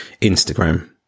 Instagram